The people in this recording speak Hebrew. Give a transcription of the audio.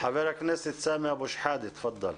חבר הכנסת סמי אבו- שחאדה תפאדל.